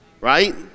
right